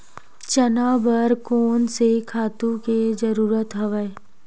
चना बर कोन से खातु के जरूरत हवय?